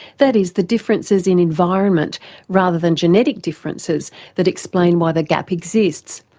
that is the differences in environment rather than genetic differences that explain why the gap exists.